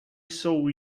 jsou